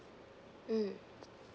mm